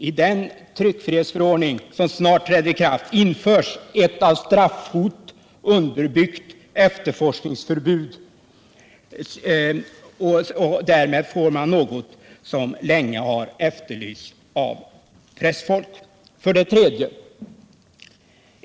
I en tryckfrihetsförordning som snart träder i kraft införs ett av straffhot underbyggt efterforskningsförbud, och därmed får man något som länge har efterlysts av pressfolk. 3.